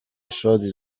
شادی